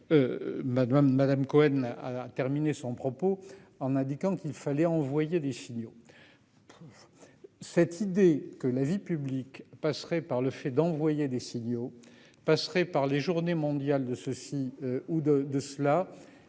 madame Cohen a terminé son propos en indiquant qu'il fallait envoyer des signaux. Cette idée que la vie publique passerait par le fait d'envoyer des signaux passerait par les journées mondiales de ceci ou de cela,